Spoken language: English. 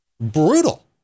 brutal